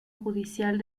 judicial